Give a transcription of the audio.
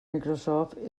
microsoft